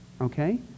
okay